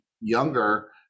younger